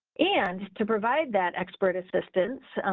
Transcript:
and to provide that expert assistance,